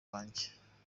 wanjye